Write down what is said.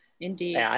Indeed